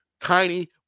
tiny